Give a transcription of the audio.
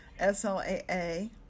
SLAA